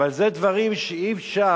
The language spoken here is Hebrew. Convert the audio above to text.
אבל אלה דברים שאי-אפשר